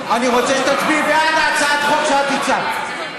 אני רוצה שתצביעי בעד הצעת החוק שאת הצעת.